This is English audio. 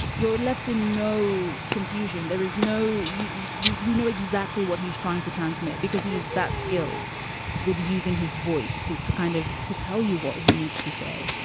you're left in no confusion. there is no you you know, exactly what he's trying to transmit because he is that skilled with using his voice to to kind of tell you what he needs to say.